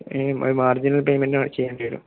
ഒരു മാർജിനൽ പേയ്മെൻറ്ാണ് ചെയ്യേണ്ടിെരും